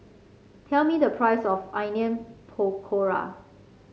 tell me the price of Onion Pakora